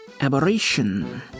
Aberration